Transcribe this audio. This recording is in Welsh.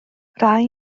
rai